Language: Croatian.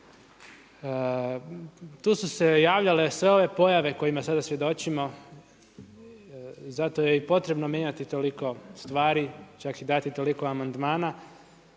Tu su se javljale sve ove pojave kojima sada svjedočimo, zato je i potrebno mijenjati toliko stvari, čak i dati toliko amandmana,